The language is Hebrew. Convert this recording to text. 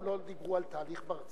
הם לא דיברו על תהליך ברצלונה